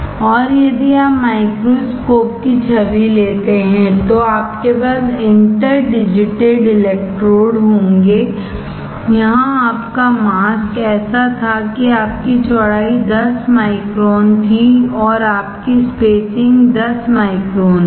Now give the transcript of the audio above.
और यदि आप माइक्रोस्कोप की छवि लेते हैं तो आपके पास इंटर डिजिटेड इलेक्ट्रोड होंगे यहां आपका मास्क ऐसा था कि आपकी चौड़ाई 10 माइक्रोन थी और आपकी स्पेसिंग 10 माइक्रोन थी